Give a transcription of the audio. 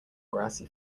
grassy